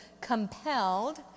compelled